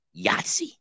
Yahtzee